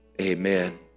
Amen